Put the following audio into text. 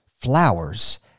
Flowers